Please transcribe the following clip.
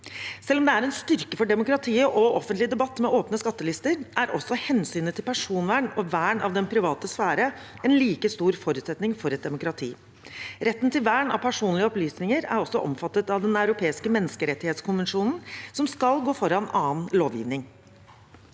Selv om det er en styrke for demokratiet og offentlig debatt med åpne skattelister, er også hensynet til personvern og vern av den private sfære en like stor forutsetning for et demokrati. Retten til vern av personlige opplysninger er også omfattet av Den europeiske menneskerettskonvensjon, som skal gå foran annen lovgivning.